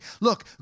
Look